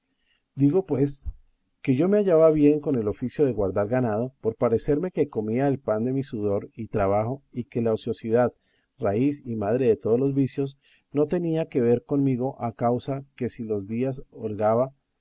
digo pues que yo me hallaba bien con el oficio de guardar ganado por parecerme que comía el pan de mi sudor y trabajo y que la ociosidad raíz y madre de todos los vicios no tenía que ver conmigo a causa que si los días